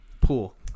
Pool